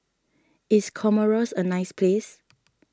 is Comoros a nice place